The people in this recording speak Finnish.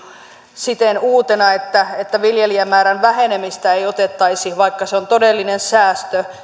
siten uutena että että viljelijämäärän vähenemistä ei otettaisi huomioon vaikka se on todellinen säästö